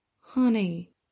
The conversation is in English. Honey